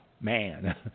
man